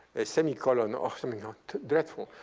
a semicolon or something ah dreadful.